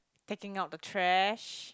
taking out the trash